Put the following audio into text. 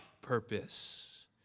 purpose